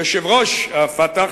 יושב-ראש ה"פתח"